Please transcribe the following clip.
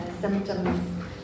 symptoms